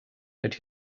that